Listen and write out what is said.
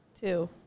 Two